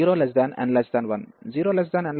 0n1 అయినప్పుడు 0a1x1 ndxకన్వెర్జెన్స్ జరుగుతుంది ⟹ 0n1